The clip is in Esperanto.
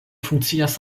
funkcias